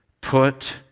Put